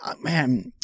man